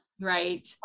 Right